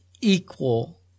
equal